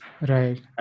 Right